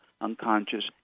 unconscious